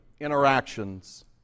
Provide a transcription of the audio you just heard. interactions